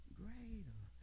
greater